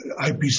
IPC